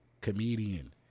comedian